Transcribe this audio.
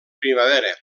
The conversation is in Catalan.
primavera